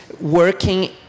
working